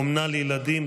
אומנה לילדים,